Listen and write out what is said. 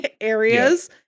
areas